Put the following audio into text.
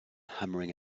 hammering